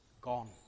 gone